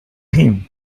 him